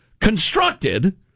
constructed